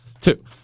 Two